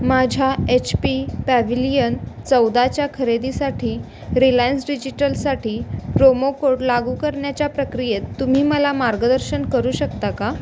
माझ्या H P pavilion चौदाच्या खरेदीसाठी रिलायन्स डिजिटलसाठी प्रोमो कोड लागू करण्याच्या प्रक्रियेत तुम्ही मला मार्गदर्शन करू शकता का